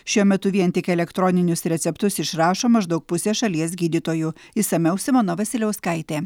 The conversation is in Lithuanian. šiuo metu vien tik elektroninius receptus išrašo maždaug pusė šalies gydytojų išsamiau simona vasiliauskaitė